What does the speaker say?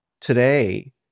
today